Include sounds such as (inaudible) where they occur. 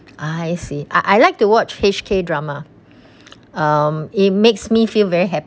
I see I I like to watch H_K drama (breath) um it makes me feel very